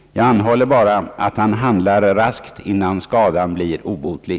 Jag anhåller bara att han handlar raskt, innan skadan blir obotlig.